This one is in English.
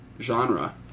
genre